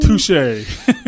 Touche